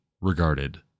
regarded